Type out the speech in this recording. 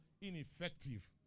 ineffective